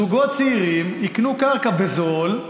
זוגות צעירים יקנו קרקע בזול,